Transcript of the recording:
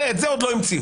את זה עוד לא המציאו.